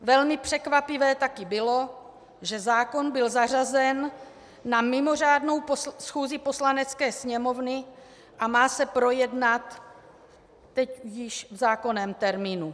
Velmi překvapivé taky bylo, že zákon byl zařazen na mimořádnou schůzi Poslanecké sněmovny a má se projednat teď již v zákonném termínu.